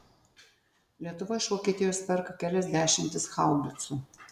lietuva iš vokietijos perka kelias dešimtis haubicų